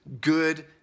good